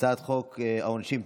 הצעת חוק העונשין (תיקון,